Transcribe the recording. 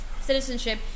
citizenship